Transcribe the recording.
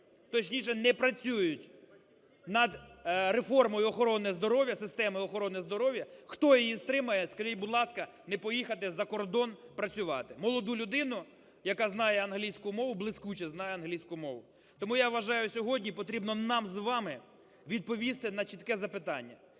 точніше не працюють на реформою охорони здоров'я, системи охорони здоров'я? Хто її стримає, скажіть, будь ласка, не поїхати за кордон працювати? Молоду людину, яка знає англійську мову, блискуче знає англійську мову. Тому я вважаю, сьогодні потрібно нам з вами відповісти на чітке запитання: